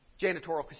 janitorial